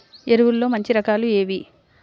ఎరువుల్లో మంచి రకాలు ఏవి?